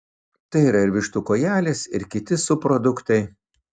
tai yra ir vištų kojelės ir kiti subproduktai